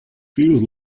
feels